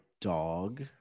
dog